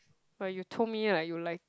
but you told me like you like